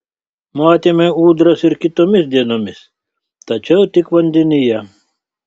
matėme ūdras ir kitomis dienomis tačiau tik vandenyje